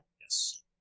Yes